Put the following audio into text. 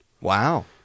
Wow